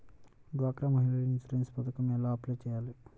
డ్వాక్రా మహిళలకు ఇన్సూరెన్స్ పథకం ఎలా అప్లై చెయ్యాలి?